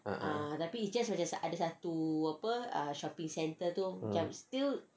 a'ah mm